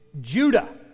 Judah